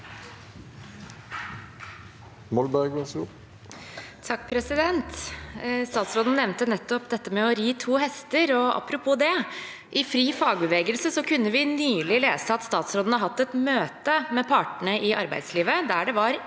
Molberg (H) Statsråden nevnte nettopp dette med å ri to hester – og apropos det: I FriFagbevegelse kunne vi nylig lese at statsråden har hatt et møte med partene i arbeidslivet, der det var